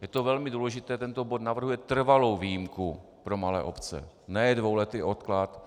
Je to velmi důležité, tento bod navrhuje trvalou výjimku pro malé obce, ne dvouletý odklad.